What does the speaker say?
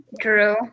true